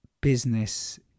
business